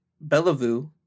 Bellevue